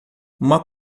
uma